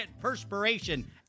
perspiration